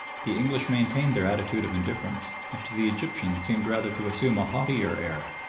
the english maintained their attitude of indifference, and to the egyptian seemed rather to assume a haughtier air,